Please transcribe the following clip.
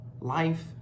life